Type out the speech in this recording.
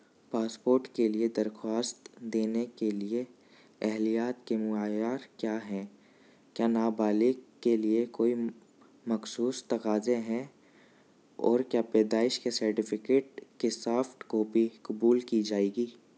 passport کے لیے درخواست دینے کے لیے اہلیات کے معیار کیا ہیں کیا نابالغ کے لیے کوئی مخصوص تقاضے ہیں اور کیا پیدائش کے سرٹیفکیٹ کی سافٹ کاپی قبول کی جائے گی